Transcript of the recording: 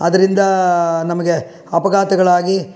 ಆದ್ದರಿಂದ ನಮಗೆ ಅಪಘಾತಗಳಾಗಿ